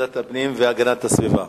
ועדת הפנים והגנת הסביבה.